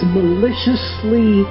maliciously